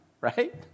right